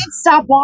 stop